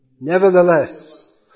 Nevertheless